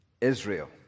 Israel